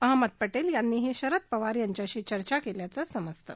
अहमद परिस यांनीही शरद पवार यांच्याशी चर्चा केल्याचं समजतं